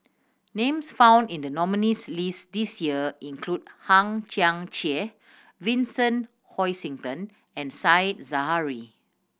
names found in the nominees' list this year include Hang Chang Chieh Vincent Hoisington and Said Zahari